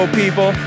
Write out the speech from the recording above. people